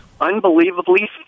Unbelievably